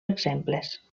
exemples